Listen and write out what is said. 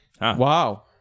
Wow